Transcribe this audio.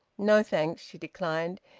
no thanks, she declined.